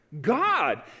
God